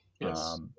Yes